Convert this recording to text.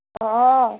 हँ